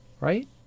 right